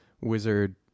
wizard